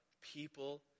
people